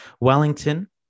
Wellington